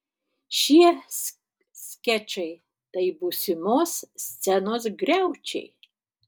šie skečai tai būsimos scenos griaučiai